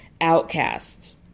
outcasts